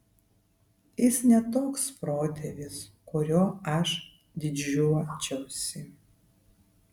jis ne toks protėvis kuriuo aš didžiuočiausi